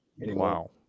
wow